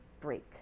break